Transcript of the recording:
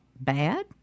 bad